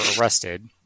arrested